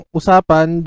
usapan